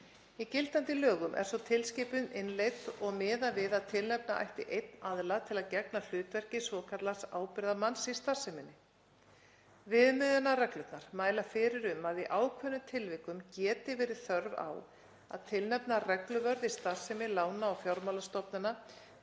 Í gildandi lögum er sú tilskipun innleidd og miðað við að tilnefna ætti einn aðila til að gegna hlutverki svokallaðs ábyrgðarmanns í starfseminni. Viðmiðunarreglurnar mæla fyrir um að í ákveðnum tilvikum geti verið þörf á að tilnefna regluvörð í starfsemi lána- og fjármálastofnana